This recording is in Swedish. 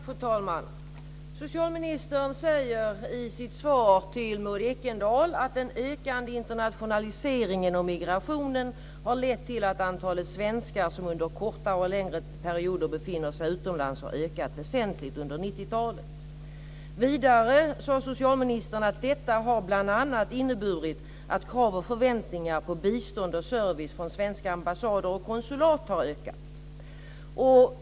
Fru talman! Socialministern säger i sitt svar till Maud Ekendahl att den ökande internationaliseringen och migrationen har lett till att antalet svenskar som under kortare och längre perioder befinner sig utomlands har ökat väsentligt under 90-talet. Vidare sade socialministern att detta bl.a. har inneburit att krav och förväntningar på bistånd och service från svenska ambassader och konsulat har ökat.